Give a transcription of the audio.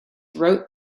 wrote